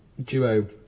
duo